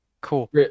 cool